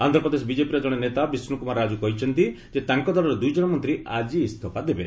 ଆନ୍ଧ୍ରପ୍ରଦେଶ ବିଜେପିର ଜଣେ ନେତା ବିଷ୍ଣୁ କୁମାର ରାଜୁ କହିଛନ୍ତି ଯେ ତାଙ୍କ ଦଳର ଦୁଇଜଣ ମନ୍ତ୍ରୀ ଆଜି ଇସ୍ତଫା ଦେବେ